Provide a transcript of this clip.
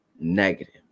negative